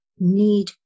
need